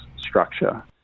structure